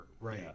right